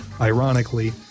ironically